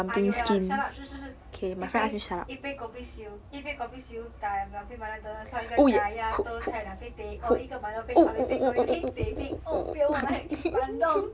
ah 有 liao shut up shush shush 一杯一杯 kopi siew 一杯 kopi siew dai 两杯 milo dinosaur 一个 kaya toast 还有两杯 teh O 一个 milo 冰 horlic 冰 kopi 冰 teh 冰 oh 别忘了还有一杯 bandung